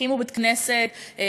הקימו בית-כנסת,